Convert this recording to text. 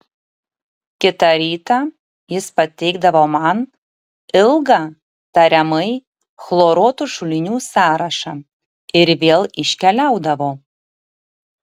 kitą rytą jis pateikdavo man ilgą tariamai chloruotų šulinių sąrašą ir vėl iškeliaudavo